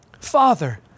Father